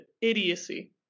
idiocy